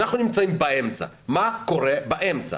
אנחנו נמצאים באמצע, מה קורה באמצע?